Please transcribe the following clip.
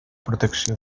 protecció